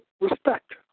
respect